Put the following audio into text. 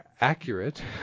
accurate